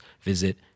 visit